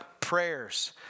prayers